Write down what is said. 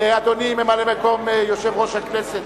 אדוני ממלא-מקום יושב-ראש הכנסת,